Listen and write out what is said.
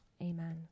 amen